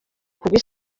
kugwa